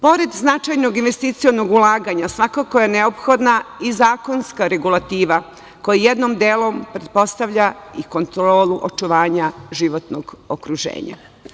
Pored značajnog investicionog ulaganja svakako je neophodna i zakonska regulativa koja jednim delom pretpostavlja i kontrolu očuvanja životnog okruženja.